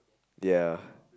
ya